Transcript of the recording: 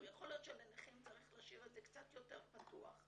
יכול להיות שלנכים צריך להשאיר את זה קצת יותר פתוח,